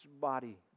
body